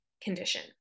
condition